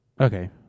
Okay